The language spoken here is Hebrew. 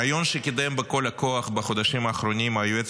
הרעיון שקידם בכל הכוח בחודשים האחרונים היועץ